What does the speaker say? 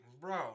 Bro